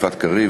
ליפעת קריב,